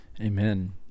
Amen